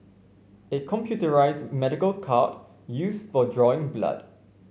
a computerised medical cart used for drawing blood